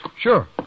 Sure